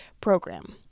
program